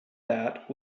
that